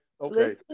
Okay